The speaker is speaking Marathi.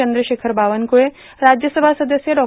चंद्रशेखर बावनकुळे राज्यसभा सदस्य डॉ